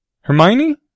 Hermione